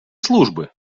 служби